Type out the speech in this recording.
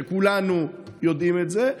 וכולנו יודעים את זה,